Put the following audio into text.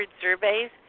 surveys